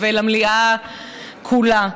ולמליאה כולה.